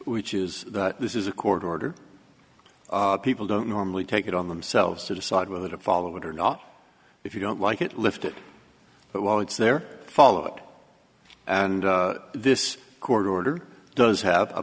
which is this is a court order people don't normally take it on themselves to decide whether to follow it or not if you don't like it lift it but while it's there follow it and this court order does have a